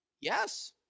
Yes